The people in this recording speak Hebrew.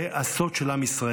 זה הסוד של עם ישראל,